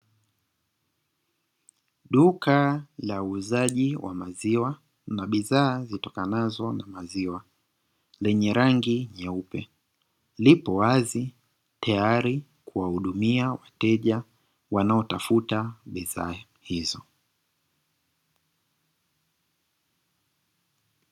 Duka la uuzaji wa maziwa na bidhaa zitokanazo na maziwa, lenye rangi nyeupe liko wazi tayari kuwahudumia wateja wanaotafuta bidhaa hizo.